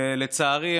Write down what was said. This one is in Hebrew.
לצערי,